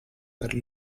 per